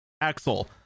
Axel